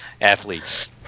athletes